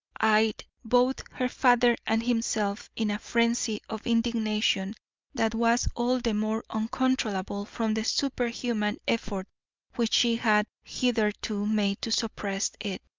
eyed both her father and himself in a frenzy of indignation that was all the more uncontrollable from the superhuman effort which she had hitherto made to suppress it.